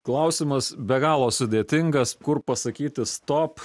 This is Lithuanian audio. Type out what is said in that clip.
klausimas be galo sudėtingas kur pasakyti stop